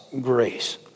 grace